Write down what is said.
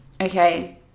Okay